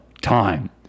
time